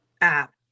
app